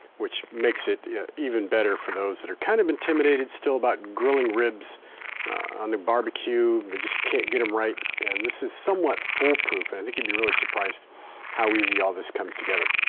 which makes it yeah even better for those that are kind of intimidated still about grilling ribs on the barbecue. they just can't get them right. and this is somewhat full proof. and i think you'd be really surprised how easy all this comes together.